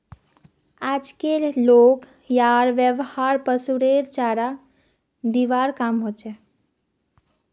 आजक लोग यार व्यवहार पशुरेर चारा दिबार काम हछेक